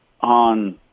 on